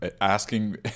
asking